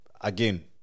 again